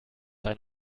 ein